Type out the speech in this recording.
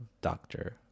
doctor